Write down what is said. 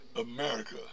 America